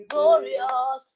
Glorious